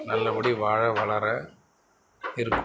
நல்லபடியாக வாழ வளர இருக்கும்